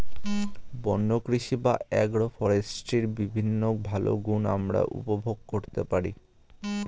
বন্য কৃষি বা অ্যাগ্রো ফরেস্ট্রির বিভিন্ন ভালো গুণ আমরা উপভোগ করতে পারি